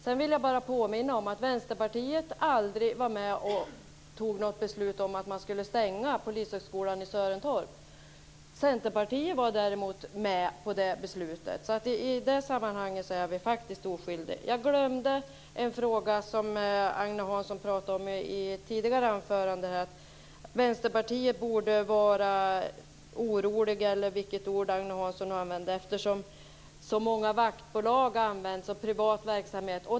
Sedan vill jag bara påminna om att Vänsterpartiet aldrig var med och fattade beslut om att man skulle stänga polishögskolan i Sörentorp. Centerpartiet var däremot med på det beslutet. I det sammanhanget är vi faktiskt oskyldiga. Jag glömde en fråga som Agne Hansson talade om i ett tidigare anförande. Han sade att vi i Vänsterpartiet borde vara oroliga - eller vilket ord Agne Hansson nu använde - eftersom som många vaktbolag i privat verksamhet används.